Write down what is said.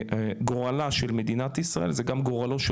גורלה של מדינת ישראל זה גם גורלו של